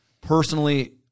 personally